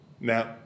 Now